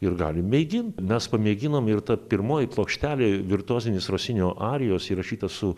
ir gali mėgint mes pamėginom ir ta pirmoji plokštelė virtuozinės rosinio arijos įrašytos su